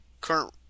current